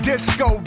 Disco